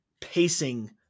pacing